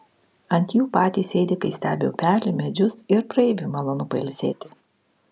ant jų patys sėdi kai stebi upelį medžius ir praeiviui malonu pailsėti